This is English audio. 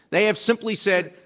they have simply said,